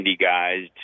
guys